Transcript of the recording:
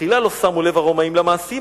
תחילה לא שמו לב הרומאים למעשים,